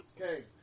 Okay